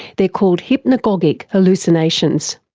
they're called hypnogogic hallucinations.